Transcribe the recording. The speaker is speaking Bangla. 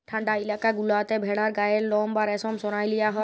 ঠাল্ডা ইলাকা গুলাতে ভেড়ার গায়ের লম বা রেশম সরাঁয় লিয়া হ্যয়